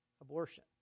abortion